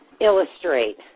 illustrate